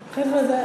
חבר'ה,